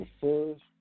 first